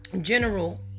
general